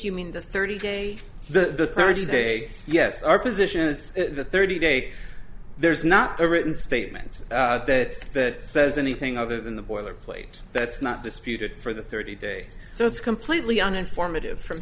you mean the thirty day the marriage day yes our position is the thirty day there's not a written statement that that says anything other than the boilerplate that's not disputed for the thirty day so it's completely on informative from